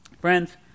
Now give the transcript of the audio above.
Friends